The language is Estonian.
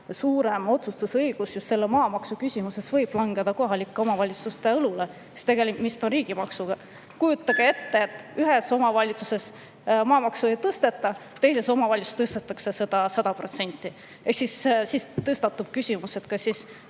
suurem otsustamine just maamaksu küsimuses võib ikka langeda kohalike omavalitsuste õlule, sest tegemist on riigimaksuga. Kujutage ette, et ühes omavalitsuses maamaksu ei tõsteta, teises omavalitsuses tõstetakse seda 100%. Tõstatub küsimus, kas siis